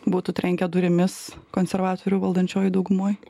būtų trenkę durimis konservatorių valdančiojoj daugumoj